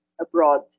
abroad